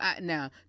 Now